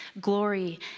glory